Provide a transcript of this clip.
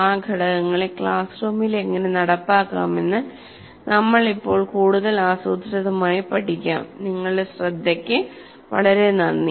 ആ ഘടകങ്ങളെ ക്ലാസ് റൂമിൽ എങ്ങനെ നടപ്പാക്കാമെന്ന് നമ്മൾ ഇപ്പോൾ കൂടുതൽ ആസൂത്രിതമായി പഠിക്കാം നിങ്ങളുടെ ശ്രദ്ധയ്ക്ക് വളരെ നന്ദി